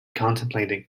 contemplated